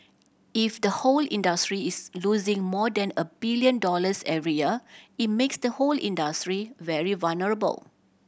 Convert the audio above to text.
if the whole industry is losing more than a billion dollars every year it makes the whole industry very vulnerable